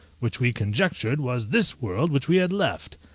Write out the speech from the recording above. which we conjectured was this world which we had left.